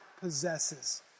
possesses